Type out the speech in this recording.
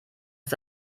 ist